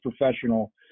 professional